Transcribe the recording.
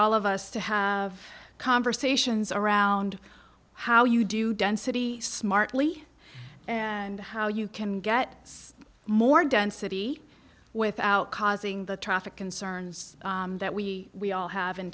all of us to have conversations around how you do density smartly and how you can get more density without causing the traffic concerns that we we all have in